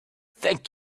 thank